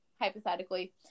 hypothetically